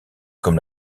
comme